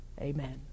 Amen